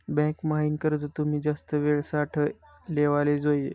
bank म्हाईन कर्ज तुमी जास्त येळ साठे लेवाले जोयजे